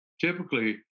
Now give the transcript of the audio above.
typically